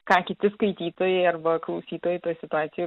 ką kiti skaitytojai arba klausytojai apie situaciją